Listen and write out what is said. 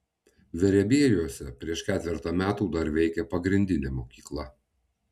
verebiejuose prieš ketvertą metų dar veikė pagrindinė mokykla